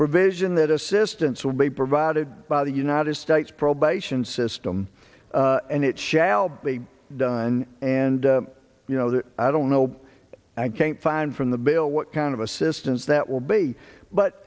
provision that assistance would be provided by the united states probation system and it shall be done and you know that i don't know i can't find from the bill what kind of assistance that will be but